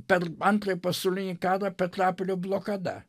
per antrąjį pasaulinį karą petrapilio blokada